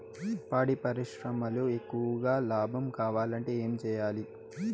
పాడి పరిశ్రమలో ఎక్కువగా లాభం కావాలంటే ఏం చేయాలి?